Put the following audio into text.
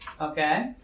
Okay